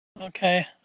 Okay